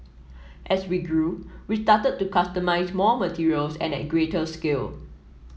as we grew we started to customise more materials and at greater scale